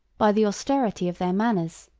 by the austerity of their manners,